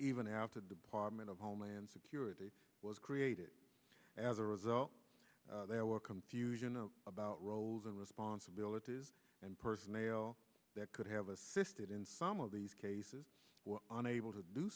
even after the department of homeland security was created as a result they were confused about roles and responsibilities and personnel that could have assisted in some of these cases unable to do